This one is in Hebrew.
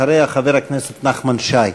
אחריה, חבר הכנסת נחמן שי.